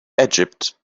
egypt